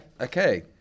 Okay